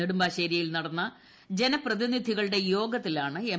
നെടുമ്പാശ്ശേരിയിൽ നടന്ന ജനപ്രതിനിധികളുടെ യോഗത്തിലാണ് എം